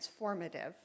transformative